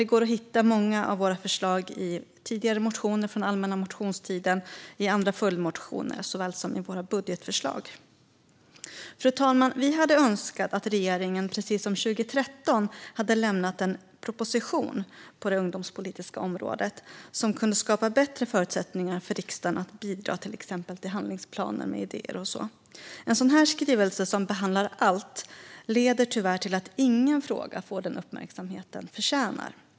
Det går att hitta många av våra förslag i tidigare motioner från den allmänna motionstiden och i andra följdmotioner såväl som i våra budgetförslag. Fru talman! Vi hade önskat att regeringen, precis som 2013, hade lämnat en proposition på det ungdomspolitiska området, vilken kunde skapa bättre förutsättningar för riksdagen att bidra till exempelvis handlingsplanen med idéer och så vidare. En sådan här skrivelse, som behandlar allt, leder tyvärr till att ingen fråga får den uppmärksamhet den förtjänar.